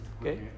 Okay